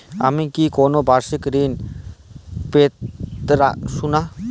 আমি কি কোন বাষিক ঋন পেতরাশুনা?